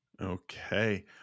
Okay